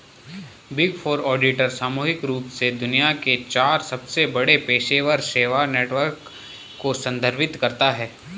big four auditor सामूहिक रूप से दुनिया के चार सबसे बड़े पेशेवर सेवा नेटवर्क को संदर्भित करता है